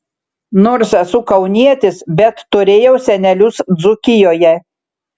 nors esu kaunietis bet turėjau senelius dzūkijoje